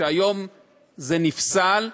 שהיום זה נפסל,